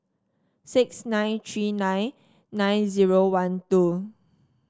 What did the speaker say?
six nine three nine nine zero one two